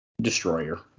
destroyer